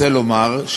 רוצה לומר,